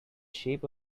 shape